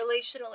Relationally